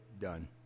done